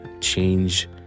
change